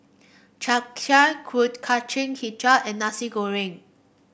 Chap Chai Kuih Kacang hijau and Nasi Goreng